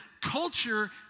culture